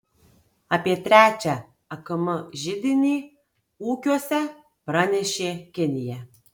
apie trečią akm židinį ūkiuose pranešė kinija